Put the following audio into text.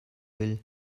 will